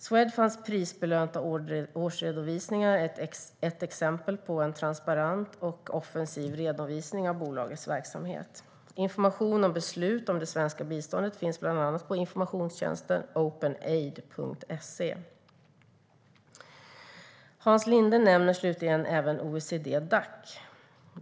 Swedfunds prisbelönta årsredovisning är ett exempel på en transparent och offensiv redovisning av bolagets verksamhet. Information om beslut om det svenska biståndet finns bland annat på informationstjänsten openaid.se. Hans Linde nämner slutligen även OECD-Dac.